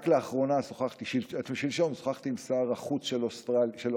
רק לאחרונה, שלשום, שוחחתי עם שר החוץ של אוסטריה